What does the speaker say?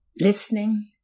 listening